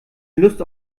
lust